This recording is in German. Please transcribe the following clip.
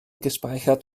gespeichert